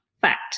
fact